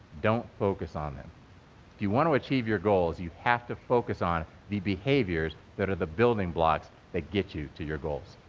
don't focus on them. if you want to achieve your goals, you have to focus on the behaviors that are the building blocks that get you to your goals.